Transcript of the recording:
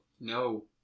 No